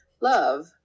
Love